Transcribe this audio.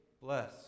bless